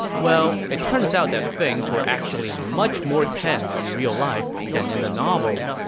well, it turns out that things were actually much more tense in real life than in the novel.